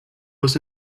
was